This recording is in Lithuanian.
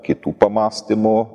kitų pamąstymų